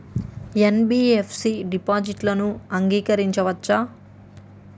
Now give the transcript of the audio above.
NBFC డిపాజిట్లను అంగీకరించవచ్చా?